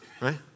right